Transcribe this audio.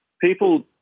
people